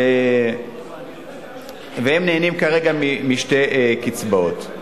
כרגע הם נהנים משתי קצבאות.